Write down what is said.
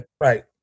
Right